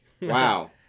Wow